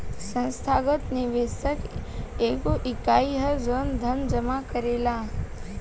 संस्थागत निवेशक एगो इकाई ह जवन धन जामा करेला